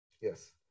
yes